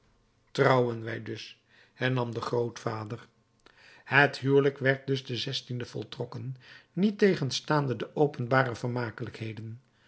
trouwen wij dus hernam de grootvader het huwelijk werd dus de voltrokken niettegenstaande de openbare vermakelijkheden